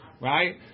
Right